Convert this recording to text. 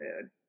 food